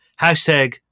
Hashtag